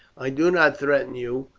i do not threaten you.